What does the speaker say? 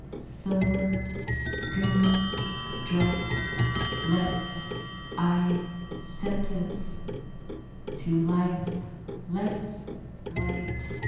silver green drop lets i sentence to life less light